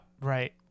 Right